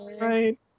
right